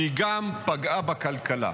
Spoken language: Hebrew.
והיא גם פגעה בכלכלה.